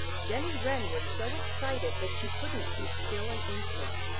jenny wren was so excited that she couldn't keep still an instant.